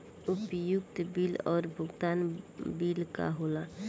उपयोगिता बिल और भुगतान बिल का होला?